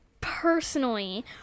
personally